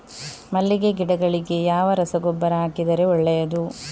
ಮಲ್ಲಿಗೆ ಗಿಡಗಳಿಗೆ ಯಾವ ರಸಗೊಬ್ಬರ ಹಾಕಿದರೆ ಒಳ್ಳೆಯದು?